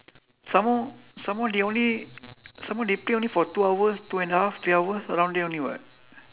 some more some more they only some more they play only for two hours two and a half three hours around there only [what]